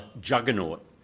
Juggernaut